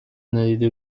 ندیده